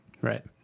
Right